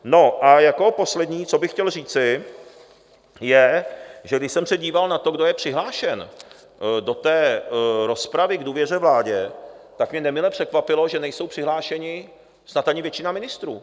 No a jako poslední, co bych chtěl říci, je, že když jsem se díval na to, kdo je přihlášen do rozpravy k důvěře vládě, tak mě nemile překvapilo, že není přihlášena snad ani většina ministrů.